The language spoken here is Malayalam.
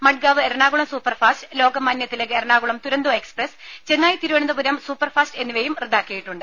Madgaon Ernakulam superfast Lokmanya Tilak Ernakulam Duronto express Chennai Thiruvananthapuram superfast എന്നിവയും റദ്ദാക്കിയിട്ടുണ്ട്